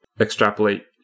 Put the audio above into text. extrapolate